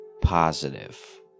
positive